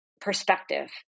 perspective